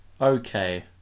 okay